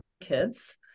kids